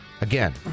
Again